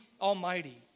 Almighty